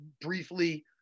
briefly